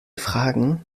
fragen